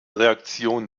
reaktion